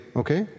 okay